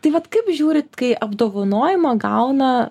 tai vat kaip žiūrit kai apdovanojimą gauna